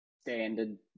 standard